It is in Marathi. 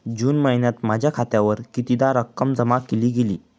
जून महिन्यात माझ्या खात्यावर कितीदा रक्कम जमा केली गेली?